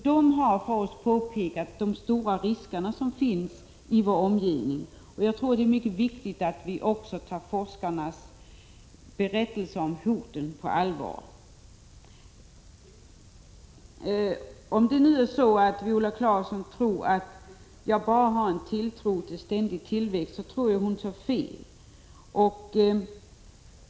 De har för oss påpekat de stora risker som finns i vår omgivning. Jag tror att det är mycket viktigt att vi tar forskarnas berättelser om hoten på allvar. Om Viola Claesson tror att jag bara har tilltro till ständig tillväxt har hon fel.